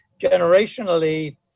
generationally